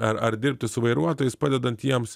ar ar dirbti su vairuotojais padedant jiems